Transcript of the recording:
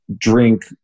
drink